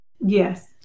Yes